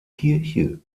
kirche